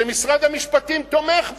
שמשרד המשפטים תומך בה,